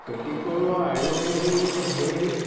খেতি কৰোঁ আৰু সেই